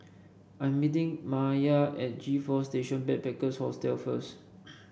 I am meeting Maiya at G Four Station Backpackers Hostel first